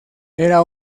era